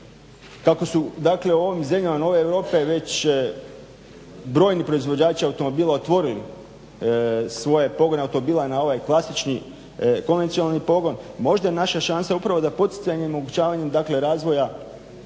dakle u ovim zemljama nove Europe već brojni proizvođači automobila otvorili svoje pogone automobila na ovaj klasični konvencionalni pogon, možda je naša šansa upravo da poticanjem i omogućavanjem razvoja